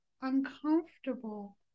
uncomfortable